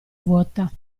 vuota